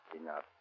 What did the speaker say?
enough